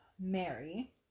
Mary